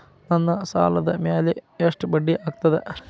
ನನ್ನ ಸಾಲದ್ ಮ್ಯಾಲೆ ಎಷ್ಟ ಬಡ್ಡಿ ಆಗ್ತದ?